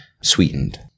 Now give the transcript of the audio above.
sweetened